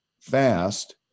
fast